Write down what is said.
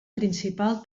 principal